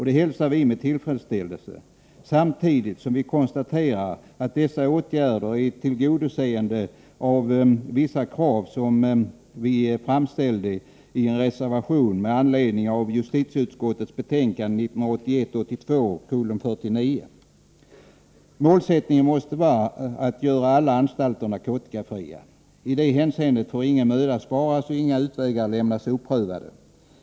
Det hälsar vi med tillfredsställelse samtidigt som vi konstaterar att dessa åtgärder är ett tillgodoseende av vissa krav som vi framställde i en reservation med anledning av justitieutskottets betänkande 1981/82:49. Målsättningen måste vara att göra alla anstalter narkotikafria. I detta hänseende får ingen möda sparas och inga utvägar lämnas oprövade.